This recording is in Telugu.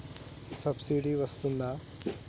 సబ్సిడీ వస్తదా?